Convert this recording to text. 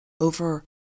over